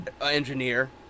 engineer